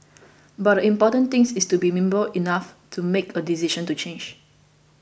but the important thing is to be nimble enough to make a decision to change